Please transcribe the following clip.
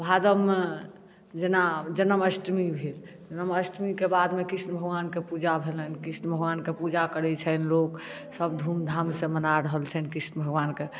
भादवमे जेना जन्माष्टमी भेल जन्माष्टमी के बाद मे कृष्ण भगवान के पूजा भेलनि कृष्ण भगवान के पूजा करै छनि लोग सब धूम धाम सँ मनाए रहल छनि कृष्ण भगवान के